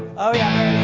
oh yeah.